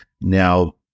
Now